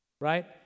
right